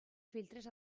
filtres